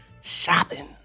shopping